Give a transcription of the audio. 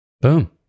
boom